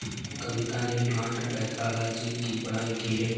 कविता ने plant pathology की पढ़ाई की है